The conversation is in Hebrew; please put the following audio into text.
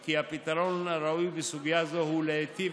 כי הפתרון הראוי בסוגיה זו הוא להיטיב